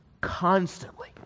constantly